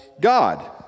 God